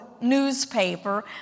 newspaper